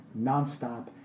nonstop